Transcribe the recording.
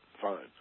Fine